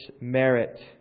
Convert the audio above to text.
merit